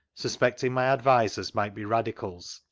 suspecting my advisers might be radicals,